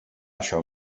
això